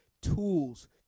tools